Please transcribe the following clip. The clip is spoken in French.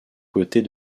côtés